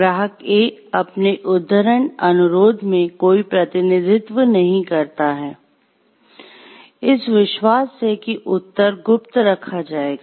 ग्राहक A अपने उद्धरण अनुरोध में कोई प्रतिनिधित्व नहीं करता है इस विश्वास से कि उत्तर गुप्त रखा जाएगा